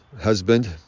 husband